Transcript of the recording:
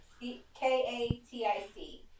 K-A-T-I-C